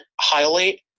highlight